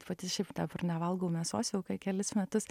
pati šiaip dabar nevalgau mėsos jau kelis metus